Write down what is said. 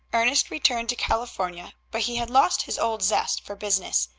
ernest returned to california, but he had lost his old zest for business,